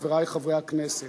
חברי חברי הכנסת: